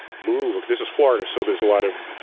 move, this is florida so there's a lot of